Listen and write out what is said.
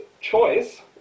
choice